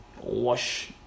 Wash